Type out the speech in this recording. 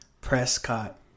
Prescott